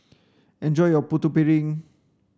enjoy your putu piring